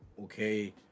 okay